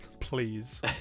please